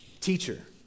Teacher